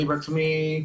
אני בעצמי,